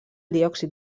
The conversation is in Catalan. diòxid